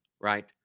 right